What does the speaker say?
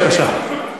בבקשה.